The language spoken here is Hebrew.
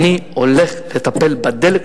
אני הולך לטפל בדלק,